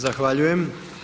Zahvaljujem.